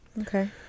Okay